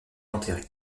enterrée